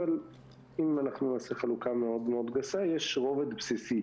אבל אם נעשה חלוקה מאוד מאוד גסה יש רובד בסיסי